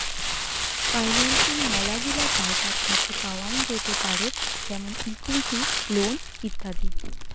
financing মেলাগিলা জায়গাত থাকি পাওয়াঙ যেতে পারেত যেমন ইকুইটি, লোন ইত্যাদি